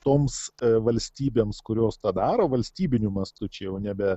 toms valstybėms kurios tą daro valstybiniu mastu čia jau nebe